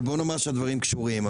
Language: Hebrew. אבל בוא נאמר שהדברים קשורים.